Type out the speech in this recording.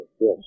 yes